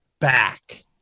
back